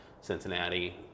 Cincinnati